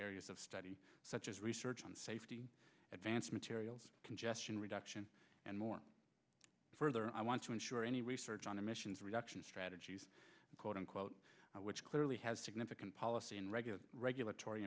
areas of study such as research on safety advanced materials congestion reduction and more further i want to ensure any research on emissions reduction strategies quote unquote which clearly has significant policy and regular regulatory